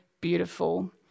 beautiful